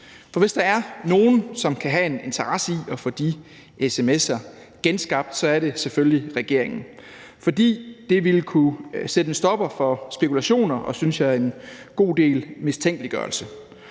For hvis der er nogen, der kan have en interesse i at få de sms'er genskabt, er det selvfølgelig regeringen. For det ville kunne sætte en stopper for spekulationer og en, synes jeg, god del mistænkeliggørelse,